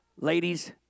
ladies